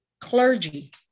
clergy